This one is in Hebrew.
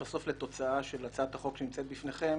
בסוף לתוצאה של הצעת החוק שנמצאת בפניכם,